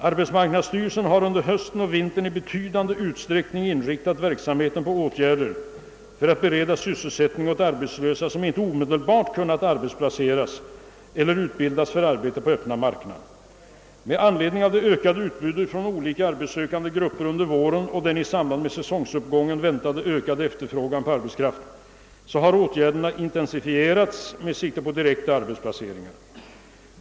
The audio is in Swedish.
Arbetsmarknadsstyrelsen har under hösten och vintern i betydande utsträckning inriktat verksamheten på åtgärder för att bereda sysselsättning åt arbetslösa som ej omedelbart kunnat arbetsplaceras eller utbildas för arbete på öppna marknaden. Med anledning av det ökade utbudet från olika arbetssökande grupper under våren och den i samband med säsonguppgången väntade ökade efterfrågan på arbetskraft har åtgärderna intensifierats med sikte på direkta arbetsplaceringar.